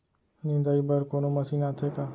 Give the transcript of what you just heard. निंदाई बर कोनो मशीन आथे का?